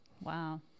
Wow